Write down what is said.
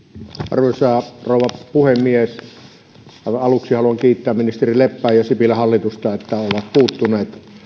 arvoisa rouva puhemies aivan aluksi haluan kiittää ministeri leppää ja sipilän hallitusta siitä että he ovat puuttuneet